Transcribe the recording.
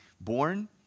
born